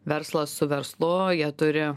verslas su verslu jie turi